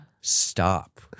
stop